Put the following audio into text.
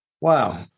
wow